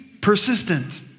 persistent